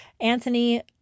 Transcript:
Anthony